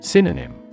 Synonym